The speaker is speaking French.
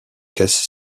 caisses